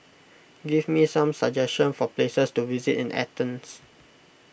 give me some suggestions for places to visit in Athens